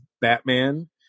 Batman